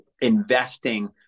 investing